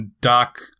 doc